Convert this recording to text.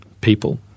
people